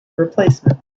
replacement